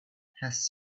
has